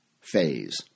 phase